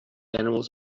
animals